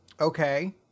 Okay